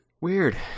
Weird